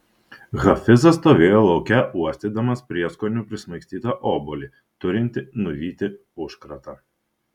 hafizas stovėjo lauke uostydamas prieskonių prismaigstytą obuolį turintį nuvyti užkratą